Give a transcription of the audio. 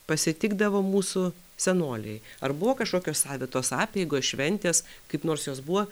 pasitikdavo mūsų senoliai ar buvo kažkokios savitos apeigos šventės kaip nors jos buvo